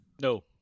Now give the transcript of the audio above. No